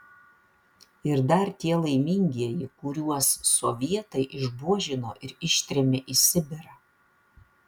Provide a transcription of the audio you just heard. ir dar tie laimingieji kuriuos sovietai išbuožino ir ištrėmė į sibirą